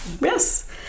yes